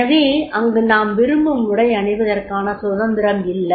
எனவே அங்கு நாம் விரும்பும் உடை அணிவதற்கான சுதந்திரம் இல்லை